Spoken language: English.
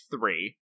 three